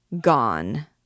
Gone